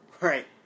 right